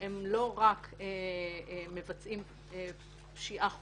הם לא רק מבצעים פשיעה חוזרת,